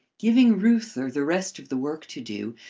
giving reuther the rest of the work to do,